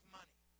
money